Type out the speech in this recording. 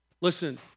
Listen